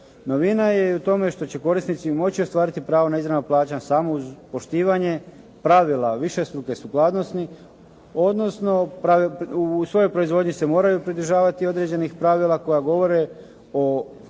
Novina je u tome što će korisnici moći ostvariti pravo na izravna plaćanja samo uz poštivanje pravila višestruke sukladnosti odnosno u svojoj proizvodnji se moraju pridržavati određenih pravila koja govore o